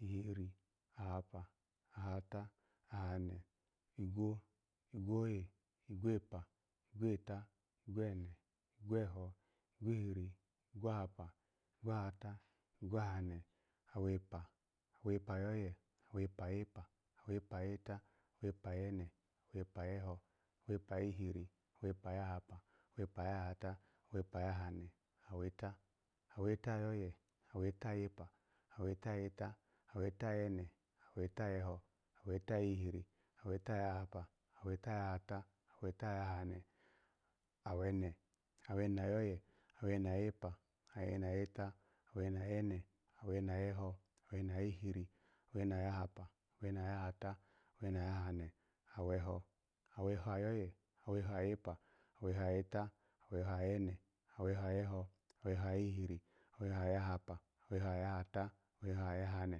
ehiri, ahapa, ahata, ahane, igwo, igwoye, igwepa, igweta, igwene, igweho, igwihiri, igwahapa, igwahata, igwa hane, awepa, awepa yoye, awepa yepa, awepa yeta, awepa yene, awepa yeho, awepa yihiri, awepa yahopa, awepa yahata, awepa yahane, aweta, aweta yoyi, aweta yepa, aweta yeta, aweta yene, aweta yeho, aweta yihiri, aweta yahapa, aweta yahata, aweta yahane, awene, awene yore, awene yepa, awene yeta, awene yene, awene yeho, awene yijiri, awene yahapa, awene yahata, awene yahane, aweho, aweho ayoye, aweho yepa, aweho yeta, aweho yena, aweho yeho, aweho yihiri, aweho yahapa, aweho yahata, aweho yahana